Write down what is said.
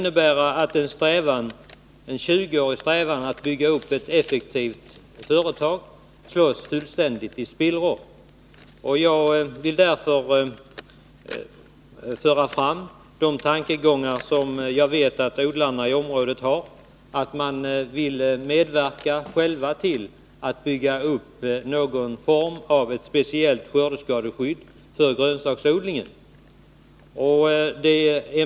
En 20-årig strävan att bygga upp ett effektivt företag kan nu komma att fullständigt omintetgöras. Därför vill jag föra fram de tankegångar som jag vet att odlarna i området har. De vill själva medverka till att bygga upp någon form av speciellt skördeskadeskydd för grönsaksodlingen.